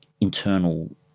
internal